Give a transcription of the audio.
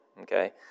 Okay